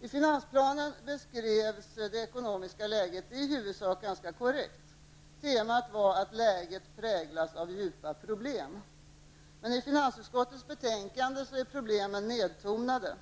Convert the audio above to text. I finansplanen beskrevs det ekonomiska läget i huvudsak ganska korrekt. Temat var att läget präglas av djupa problem. Men i finansutskottets betänkande är problemen nedtonade.